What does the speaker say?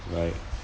right